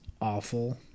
awful